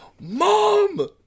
mom